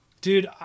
Dude